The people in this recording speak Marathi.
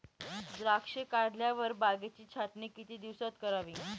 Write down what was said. द्राक्षे काढल्यावर बागेची छाटणी किती दिवसात करावी?